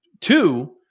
Two